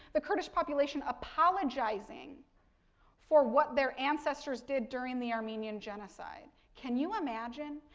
the kurdish population apologizing for what their ancestors did during the armenian genocide. can you imagine?